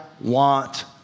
want